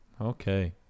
Okay